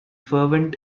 fervent